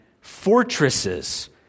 fortresses